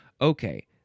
Okay